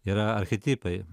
yra archetipai